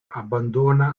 abbandona